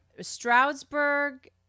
Stroudsburg